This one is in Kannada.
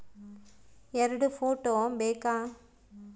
ಎರಡು ಫೋಟೋ ಬೇಕಾ?